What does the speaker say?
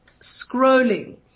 scrolling